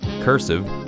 Cursive